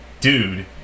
dude